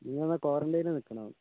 ഇനി നിങ്ങൾ ക്വാറൻറ്റെനിൽ നിൽക്കണം